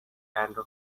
and